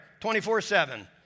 24-7